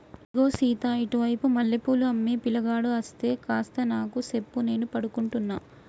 ఇగో సీత ఇటు వైపు మల్లె పూలు అమ్మే పిలగాడు అస్తే కాస్త నాకు సెప్పు నేను పడుకుంటున్న